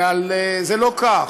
זה לא כך.